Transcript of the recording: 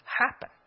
happen